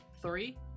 three